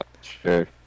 Sure